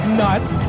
nuts